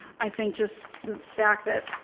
i think just the fact that